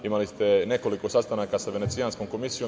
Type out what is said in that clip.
Imali ste nekoliko sastanaka sa Venecijanskom komisijom.